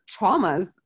traumas